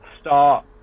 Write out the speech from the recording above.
start